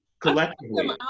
collectively